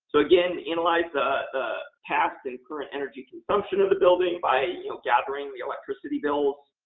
so again, analyze the ah tasks and current energy consumption of the building by and you know gathering the electricity bill,